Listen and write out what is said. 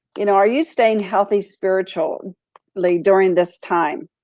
you know are you staying healthy spiritually um like during this time?